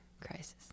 crisis